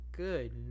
Good